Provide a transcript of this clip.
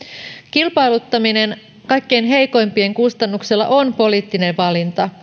kilpailuttaminen kaikkein heikoimpien kustannuksella on poliittinen valinta